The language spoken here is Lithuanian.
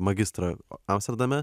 magistrą amsterdame